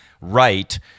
right